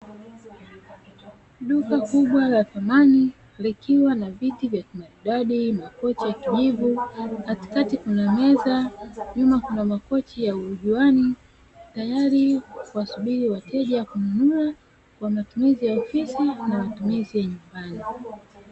Duka kubwa la thamani likiwa na viti vya kimaridaidi, makochi ya kijivu, katikati kuna meza, nyuma kuna makochi ya urujuani, tayari kuwasubiri wateja kununua kwa matumzii ya ofisi na matumizi ya nyumbani.